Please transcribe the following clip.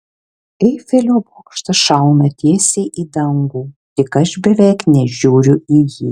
eifelio bokštas šauna tiesiai į dangų tik aš beveik nežiūriu į jį